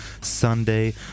Sunday